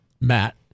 Matt